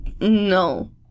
No